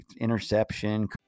interception